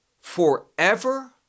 forever